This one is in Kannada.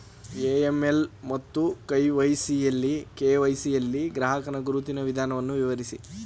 ಎ.ಎಂ.ಎಲ್ ಮತ್ತು ಕೆ.ವೈ.ಸಿ ಯಲ್ಲಿ ಗ್ರಾಹಕರ ಗುರುತಿನ ವಿಧಾನವನ್ನು ವಿವರಿಸಿ?